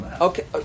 Okay